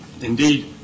Indeed